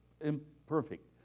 imperfect